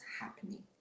happening